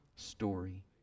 Story